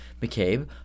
McCabe